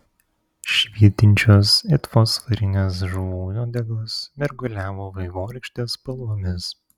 švytinčios it fosforinės žuvų uodegos mirguliavo vaivorykštės spalvomis